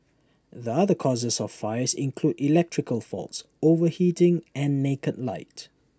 the other causes of fires include electrical faults overheating and naked light